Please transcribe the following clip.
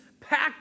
packed